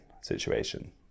situation